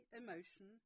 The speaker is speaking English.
emotion